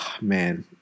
man